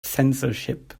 censorship